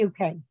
UK